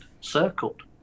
circled